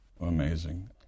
Amazing